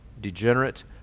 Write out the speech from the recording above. degenerate